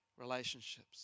relationships